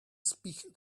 speak